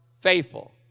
faithful